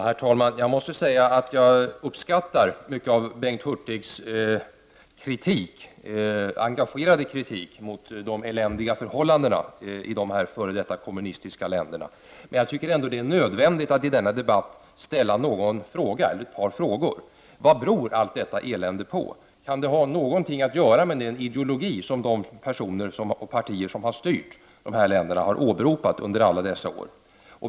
Herr talman! Jag måste säga att jag uppskattar mycket av Bengt Hurtigs engagerade kritik mot de eländiga förhållandena i dessa f.d. kommunistiska länder. Jag tycker ändå att det är nödvändigt att i denna debatt ställa ett par frågor. Vad beror allt detta elände på? Kan det ha någonting att göra med den ideologi som de personer och partier som styrt dessa länder har åberopat under alla dessa år?